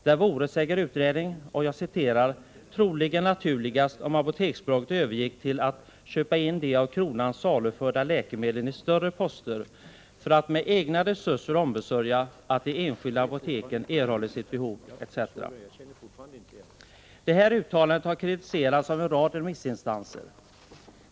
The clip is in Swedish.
Det vore, säger utredningen, ”troligen naturligast om Apoteksbolaget övergick till att köpa in de av Kronan saluförda läkemedlen i större poster för att med egna resurser ombesörja, att de enskilda apoteken erhåller sitt behov etc.” Det här uttalandet har kritiserats av en rad remissinstanser.